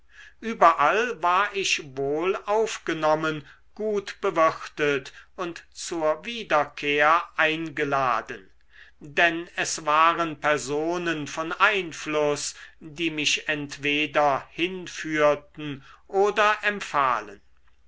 überall war ich wohl aufgenommen gut bewirtet und zur wiederkehr eingeladen denn es waren personen von einfluß die mich entweder hinführten oder empfahlen